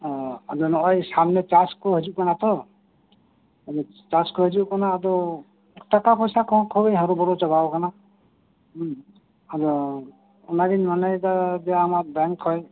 ᱳᱟᱫᱚ ᱥᱟᱢᱱᱮ ᱪᱟᱥ ᱠᱳ ᱦᱤᱡᱩᱜ ᱠᱟᱱᱟ ᱛᱳ ᱪᱟᱥ ᱠᱳ ᱦᱤᱡᱩᱜ ᱠᱟᱱᱟ ᱟᱫᱚ ᱴᱟᱠᱟ ᱯᱚᱭᱥᱟ ᱠᱚᱸᱦᱚᱸ ᱦᱚᱨᱚ ᱰᱚᱨᱚ ᱪᱟᱵᱟ ᱟᱠᱟᱱᱟ ᱟᱫᱚ ᱚᱱᱟᱜᱮᱤᱧ ᱢᱚᱱᱮᱭᱮᱫᱟ ᱡᱮ ᱟᱢᱟᱜ ᱵᱮᱝᱠ ᱠᱷᱚᱡ